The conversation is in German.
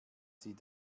sie